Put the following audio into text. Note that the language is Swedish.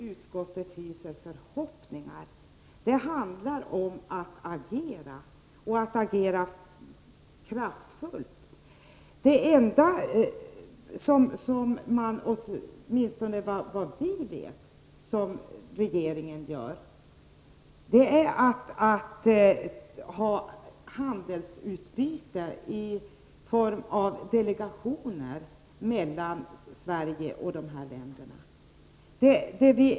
Herr talman! Räcker det verkligen med att utskottet hyser oro? Räcker det verkligen med att utskottet hyser förhoppningar? Det handlar om att agera, och att agera kraftfullt. Det enda regeringen gör, åtminstone vad vi vet, är att ha handelsutbyte i form av delegationer mellan Sverige och dessa länder.